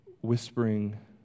whispering